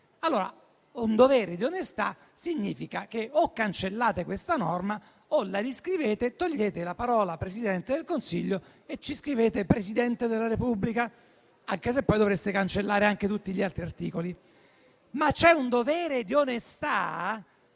Allora per un dovere di onestà o cancellate questa norma o la riscrivete togliendo le parole «Presidente del Consiglio» e scrivendo le parole «Presidente della Repubblica», anche se poi dovreste cancellare anche tutti gli altri articoli. C'è un dovere di onestà